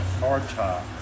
hardtop